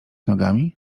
nogami